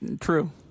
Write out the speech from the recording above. true